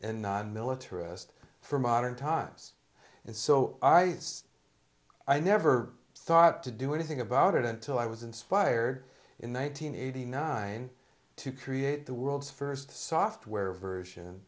and not militarist for modern times and so i i never thought to do anything about it until i was inspired in one nine hundred eighty nine to create the world's first software version